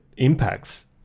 impacts